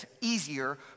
easier